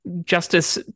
justice